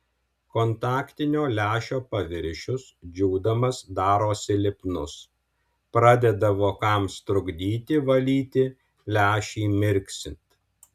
kontaktinio lęšio paviršius džiūdamas darosi lipnus pradeda vokams trukdyti valyti lęšį mirksint